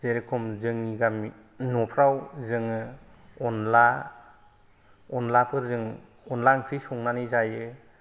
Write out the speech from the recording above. जेरखम जोंनि गामि न'फोराव जोङो अनला अनलाफोरजों अनला ओंख्रि संनानै जायो